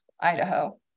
Idaho